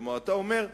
כלומר אתה אומר: